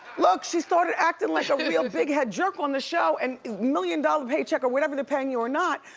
she started acting like a real big head jerk on the show, and a million dollar paycheck, or whatever they are paying you or not,